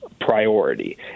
priority